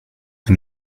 que